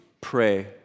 pray